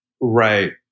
Right